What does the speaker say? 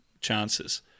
chances